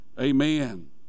Amen